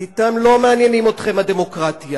כי אתם לא מעניין אתכם הדמוקרטיה,